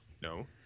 no